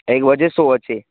ଏକ ବଜେ ସୋ ଅଛେ